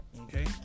okay